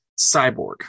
Cyborg